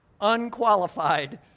unqualified